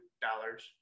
dollars